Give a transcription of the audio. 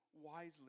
wisely